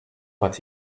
but